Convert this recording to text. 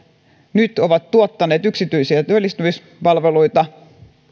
nyt ovat tuottaneet yksityisiä työllistämispalveluita